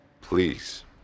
Please